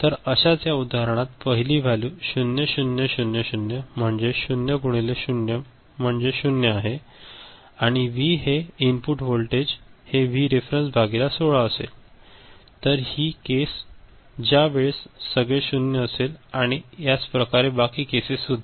तर अश्याच या उदाहरणात पहिली व्हॅल्यू 0 0 0 0 म्हणजे 0 गुणिले 0 म्हणजे 0 आहे आणि व्ही हे इनपुट वोल्टेज हे व्ही रेफेरेंस भागिले 16 असेल तर हि केस ज्या वेळेस सगळे शून्य असेल आणि याच प्रकारे बाकी केसेस सुद्धा